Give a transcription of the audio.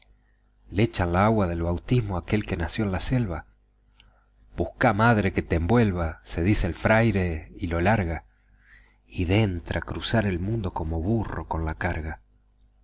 le echan la agua del bautismo aquél que nació en la selva busca madre que te envuelva le dice el fraire y lo larga y dentra a cruzar el mundo como burro con la carga